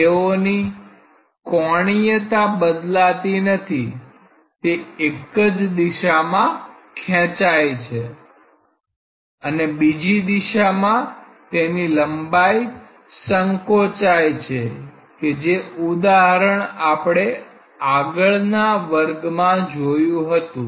તેઓની કોણીયતા બદલાતી નથી તે એક દિશામાં ખેંચાય છે અને બીજી દિશામાં તેની લંબાઈ સંકોચાય છે કે જે ઉદાહરણ આપણે અગાઉના વર્ગમાં જોયું હતું